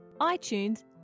iTunes